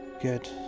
Good